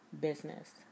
business